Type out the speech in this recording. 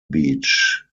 beach